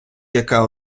яка